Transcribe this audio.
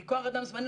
כי כוח אדם זמני,